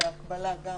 ובהקבלה גם